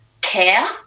care